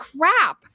crap